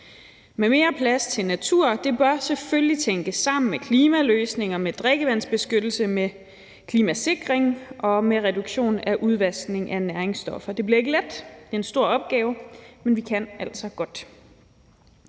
Men mere plads til naturen bør selvfølgelig tænkes sammen med klimaløsninger, med drikkevandsbeskyttelse, med klimasikring og med en reduktion af udvaskningen af næringsstoffer. Det bliver ikke let, og det er en stor opgave, men vi kan altså godt.